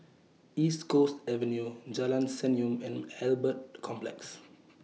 East Coast Avenue Jalan Senyum and Albert Complex